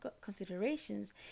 considerations